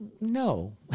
No